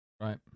Right